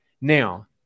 Now